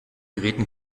geräten